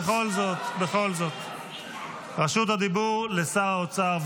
עד שיגיע הוויסקי,